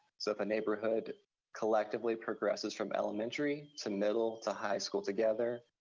so if a neighborhood collectively progresses from elementary to middle to high school together,